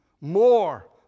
more